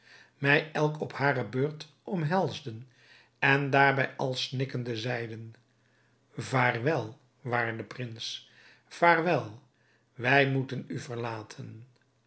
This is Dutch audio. mij elk op hare beurt omhelsden en daarbij al snikkende zeiden vaarwel waarde prins vaarwel wij moeten u verlaten